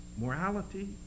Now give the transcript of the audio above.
morality